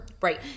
right